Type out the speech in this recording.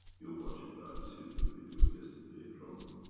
you watch it. i received a video yesterday from.